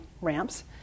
ramps